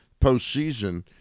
postseason